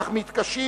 אך מתקשים,